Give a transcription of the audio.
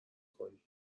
کنی